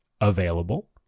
available